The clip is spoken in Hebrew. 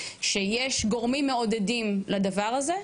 שיש גורמים מעודדים לדבר הזה,